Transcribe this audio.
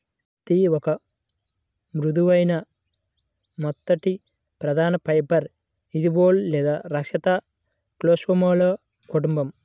పత్తిఒక మృదువైన, మెత్తటిప్రధానఫైబర్ఇదిబోల్ లేదా రక్షిత కేస్లోమాలో కుటుంబం